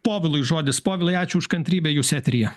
povilui žodis povilai ačiū už kantrybę jūs eteryje